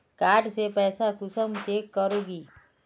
Card से पैसा कुंसम चेक करोगी?